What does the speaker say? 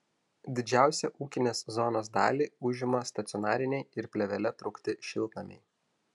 didžiausią ūkinės zonos dalį užima stacionariniai ir plėvele traukti šiltnamiai